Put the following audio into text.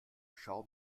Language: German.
schau